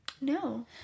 No